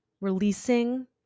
releasing